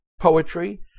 poetry